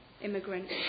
immigrants